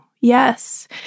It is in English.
yes